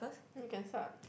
you can start